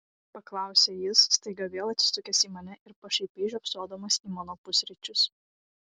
paklausė jis staiga vėl atsisukęs į mane ir pašaipiai žiopsodamas į mano pusryčius